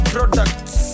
Products